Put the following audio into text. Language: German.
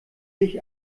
sich